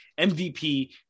MVP